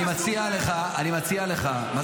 אני מציע לך --- היית בסופר?